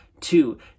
two